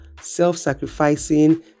self-sacrificing